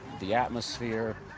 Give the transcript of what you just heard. the atmosphere,